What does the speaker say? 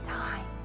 time